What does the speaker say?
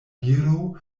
viro